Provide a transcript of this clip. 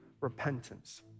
repentance